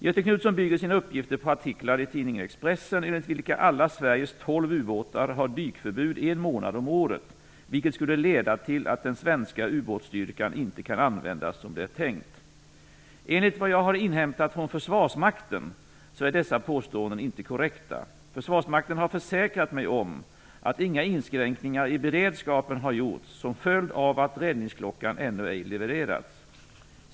Göthe Knutson bygger sina uppgifter på artiklar i tidningen Expressen, enligt vilka alla Sveriges tolv ubåtar har dykförbud en månad om året, vilket skulle leda till att den svenska ubåtsstyrkan inte kan användas som det är tänkt. Enligt vad jag har inhämtat från Försvarsmakten är dessa påstående inte korrekta. Försvarsmakten har försäkrat mig att inga inskränkningar i beredskapen har gjorts som följd av att räddningsklockan ännu inte levererats.